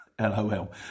LOL